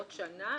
עוד שנה,